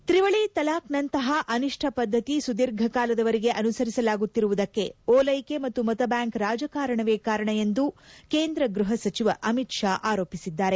ತ್ರಿವಳಿ ತಲಾಖ್ ನಂತಹ ಅನಿಷ್ಟ ಪದ್ದತಿ ಸುದೀರ್ಘ ಕಾಲದವರೆಗೆ ಅನುಸರಿಸಲಾಗುತ್ತಿರುವುದಕ್ಕೆ ಓಲ್ಲೆಕೆ ಮತ್ತು ಮತ ಬ್ಲಾಂಕ್ ರಾಜಕಾರಣವೇ ಕಾರಣ ಎಂದು ಕೇಂದ್ರ ಗೃಹ ಸಚಿವ ಅಮಿತ್ ಶಾ ಆರೋಪಿಸಿದ್ದಾರೆ